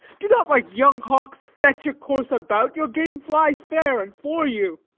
do not like young hawks fetch a course about your game flies fair, and for you.